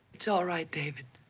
it's all right, david.